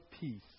peace